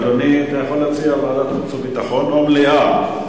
אדוני, אתה יכול להציע ועדת חוץ וביטחון או מליאה.